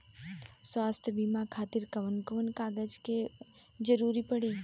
स्वास्थ्य बीमा खातिर कवन कवन कागज के जरुरत पड़ी?